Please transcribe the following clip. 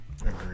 Agreed